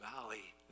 valley